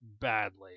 badly